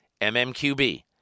mmqb